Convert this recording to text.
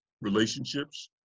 relationships